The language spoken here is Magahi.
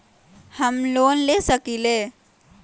हम लोन ले सकील?